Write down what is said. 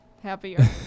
Happier